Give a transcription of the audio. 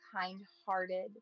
kind-hearted